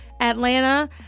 atlanta